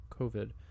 COVID